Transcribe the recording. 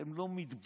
אתם לא מתביישים.